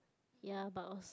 ya was